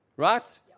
right